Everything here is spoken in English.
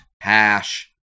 hash